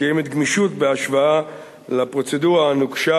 וקיימת גמישות בהשוואה לפרוצדורה הנוקשה